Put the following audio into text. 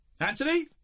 Anthony